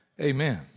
Amen